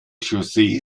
josé